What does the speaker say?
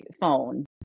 phone